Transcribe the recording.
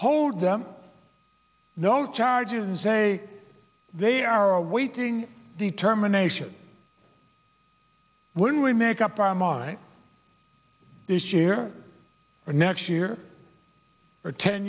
hold them no charges and say they are awaiting determination when we make up our mind this year or next year or ten